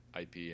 IP